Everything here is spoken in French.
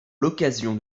l’occasion